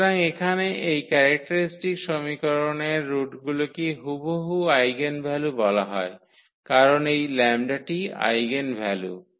সুতরাং এখানে এই ক্যারেক্টারিস্টিক সমীকরণের রুটগুলিকে হুবহু আইগেনভ্যালু বলা হয় কারণ এই λ টি আইগেনভ্যালু